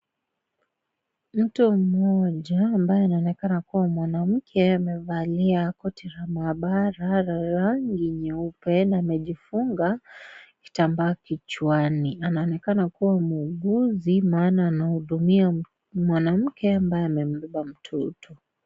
Mtu mmoja ambaye anaonekana kuwa mwanamke amevalia koti la mahabara la rangi nyeupe na amejifunga kitambaa kichwani anaonekana kuwa muuguzi maana ana hudumia mwanamke ambaye amebeba mtoto.